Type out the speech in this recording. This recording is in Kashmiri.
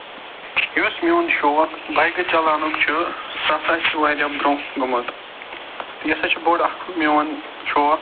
یُس میٛون شوق بایکہِ چَلاونُک چھُ سُہ سا چھُ واریاہ برٛونٛہہ گوٚومُت یہِ ہسا چھُ بوٚڈ اَکھ میٛون شوق